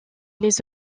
les